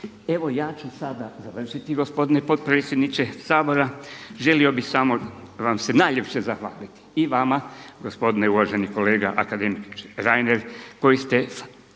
Evo ja ću sada završiti gospodine potpredsjedniče Sabora. Želio bih samo vam se najljepše zahvaliti i vama gospodine uvaženi kolega akademiče Reiner koji ste